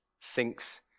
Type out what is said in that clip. sinks